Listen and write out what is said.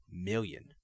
million